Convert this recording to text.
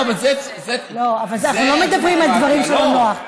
אנחנו לא מדברים על דברים שלא נוח.